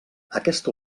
aquesta